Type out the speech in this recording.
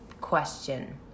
question